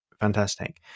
fantastic